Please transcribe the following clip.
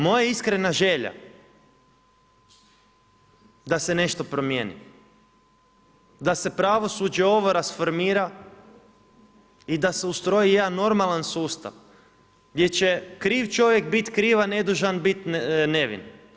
Moja je iskrena želja da se nešto promijeni, da se pravosuđe ovo transformira i da se ustroji jedan normalan sustav, gdje će kriv čovjek biti kriv, a nedužan biti nevin.